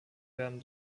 werden